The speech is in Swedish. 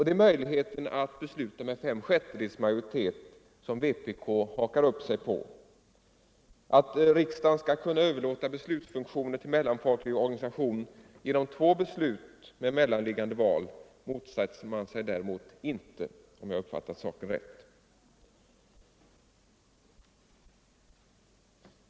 Det är alternativet med fem sjättedels majoritet som vpk hakar upp sig på. Att riksdagen skulle kunna överlåta beslutsfunktion till mellanfolklig organisation genom två beslut med mellanliggande val motsätter man sig däremot inte, om jag uppfattat saken rätt.